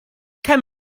kemm